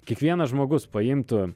kiekvienas žmogus paimtų